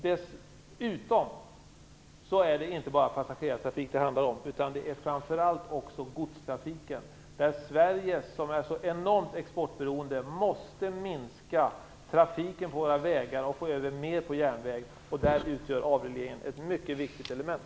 Dessutom handlar det inte bara om passagerartrafik. Det är framför allt godstrafiken det gäller. Sverige, som är så enormt exportberoende, måste minska trafiken på vägarna och få över mer transporter på järnväg. Där utgör en avreglering ett mycket viktigt element.